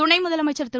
துணை முதலமைச்சர் திரு